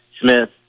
Smith